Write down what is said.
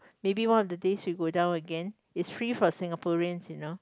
maybe one of the days we go down again it's free for Singaporeans you know